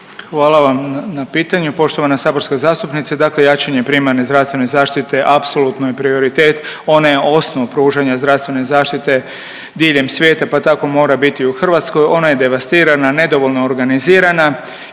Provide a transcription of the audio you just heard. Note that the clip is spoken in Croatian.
Hvala vam na pitanju. Poštovana saborska zastupnice, dakle jačanje primarne zdravstvene zaštite apsolutno je prioritet, ona je osnov pružanja zdravstvene zaštite diljem svijeta pa tako mora biti i u Hrvatskoj. Ona je devastirana, nedovoljno organizirana.